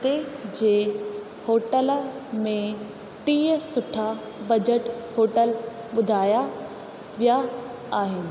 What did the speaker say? हिते जे होटल में टीह सुठा बजट होटल ॿुधायां विया आहिनि